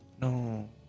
No